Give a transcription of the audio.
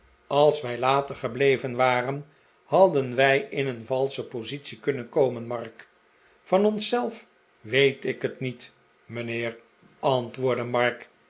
als wij langer gebleven waren hadden wij in een valsche positie kunnen komen mark van ons zelf weet ik het niet mijnheer antwoordde mark